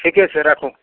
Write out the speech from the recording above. ठीके छै राखू